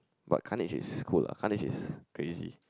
but Carnage is good lah Carnage is crazy